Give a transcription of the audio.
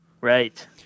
Right